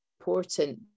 important